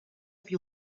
più